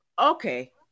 Okay